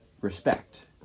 respect